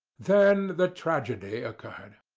then the tragedy occurred.